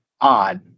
odd